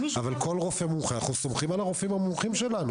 אבל אנחנו סומכים על הרופאים המומחים שלנו.